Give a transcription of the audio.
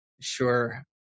Sure